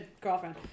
girlfriend